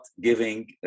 giving